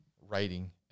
writing